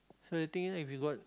so the thing is if you got